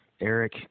Eric